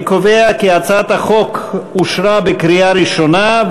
אני קובע כי הצעת החוק אושרה בקריאה ראשונה,